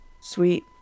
sweet